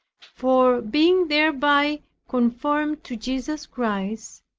for being thereby conformed to jesus christ,